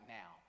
now